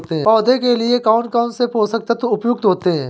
पौधे के लिए कौन कौन से पोषक तत्व उपयुक्त होते हैं?